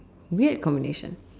weird combination